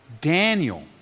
Daniel